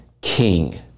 king